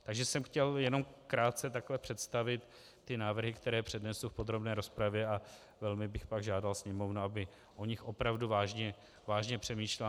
Takže jsem chtěl jenom krátce takhle představit návrhy, které přednesu v podrobné rozpravě, a velmi bych pak žádal Sněmovnu, aby o nich opravdu vážně přemýšlela.